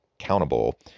accountable